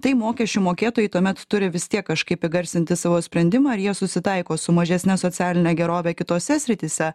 tai mokesčių mokėtojai tuomet turi vis tiek kažkaip įgarsinti savo sprendimą ar jie susitaiko su mažesne socialine gerove kitose srityse